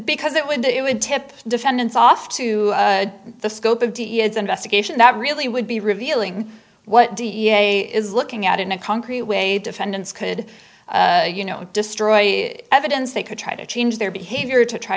ecause it would it would tip defendants off to the scope of d e f investigation that really would be revealing what d n a is looking at in a concrete way defendants could you know destroy evidence they could try to change their behavior to try